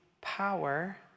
power